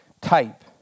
type